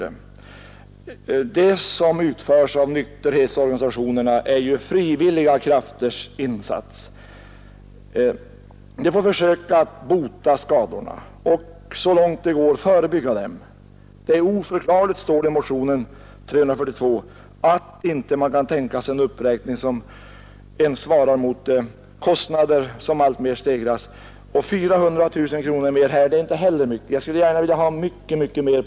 Det arbete som utförs i nykterhetsorganisationerna är frivilliga krafters insatser. Vi får försöka att bota skadeverkningarna av alkoholmissbruket och att så långt det går förebygga dem. Men det är närmast oförklarligt, står det i motionen 342, att man här inte kan biträda förslaget om en uppräkning av anslaget som ens svarar mot de alltmer stegrade kostnaderna. De 400 000 kronor det här gäller är inte heller mycket pengar. Jag skulle vilja anslå mycket mer.